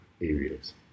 areas